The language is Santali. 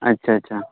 ᱟᱪᱪᱷᱟ ᱪᱷᱟ